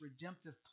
redemptive